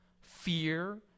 fear